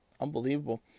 Unbelievable